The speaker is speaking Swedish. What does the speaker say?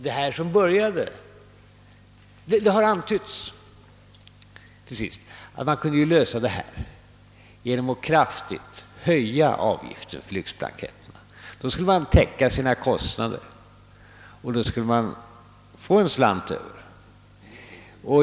Det har antytts att man kunde lösa frågan genom att kraftigt höja avgiften för lyxblanketterna; då skulle man täcka sina kostnader och även kunna få en slant över.